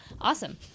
Awesome